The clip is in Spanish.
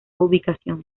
ubicación